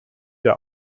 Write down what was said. der